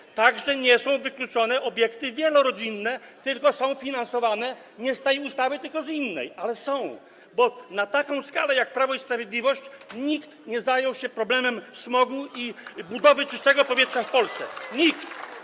Nie są także wykluczone obiekty wielorodzinne, tylko są finansowane nie z tej ustawy, tylko z innej, ale są, bo na taką skalę jak Prawo i Sprawiedliwość nikt nie zajął się problemem smogu i czystego powietrza w Polsce, nikt.